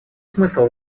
смысл